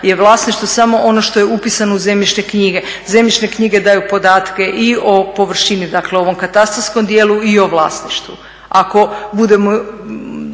je vlasništvo samo ono što je upisano u zemljišne knjige. Zemljišne knjige daju podatke i o površini i o ovom katastarskom dijelu i o vlasništvu.